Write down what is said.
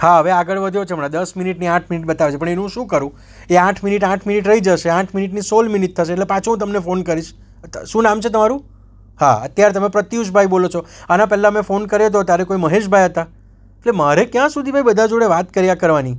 હા હવે આગળ વધ્યો છે હમણાં દસ મિનિટની આઠ મિનિટ બતાવે છે પણ એનું શું કરું તે આઠ મિનિટ આઠ મિનિટ રહી જશે આઠ મિનિટની સોળ મિનિટ થશે એટલે પાછો હું તમને ફોન કરીશ શું નામ છે તમારું હા અત્યારે તમે પ્રત્યુશભાઈ બોલો છો આના પહેલાં મેં ફોન કર્યો હતો ત્યારે કોઈ મહેશભાઈ હતા એટલે મારે ક્યાં સુધી ભાઈ બધા જોડે વાત કર્યા કરવાની